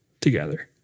together